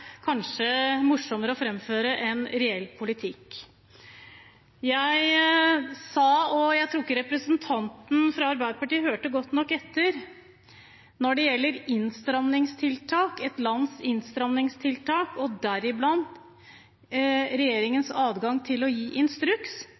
kanskje er morsommere å framføre enn reell politikk. Jeg sa, og jeg tror ikke representanten fra Arbeiderpartiet hørte godt nok etter, at når det gjelder et lands innstramningstiltak, og deriblant